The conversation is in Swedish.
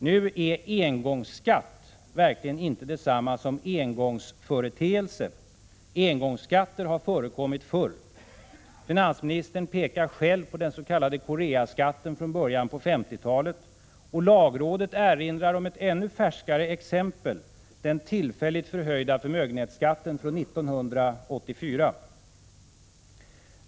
Nu är engångsskatt verkligen inte detsamma som engångsföreteelse. Engångsskatter har förekommit förr. Finansministern pekar själv på den s.k. Koreaskatten från början av 1950-talet, och lagrådet erinrar om ett färskare exempel: den tillfälligt förhöjda förmögenhetsskatten 1984.